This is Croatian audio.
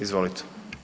Izvolite.